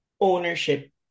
ownership